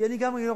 כי אני גם היום,